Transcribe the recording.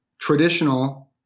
traditional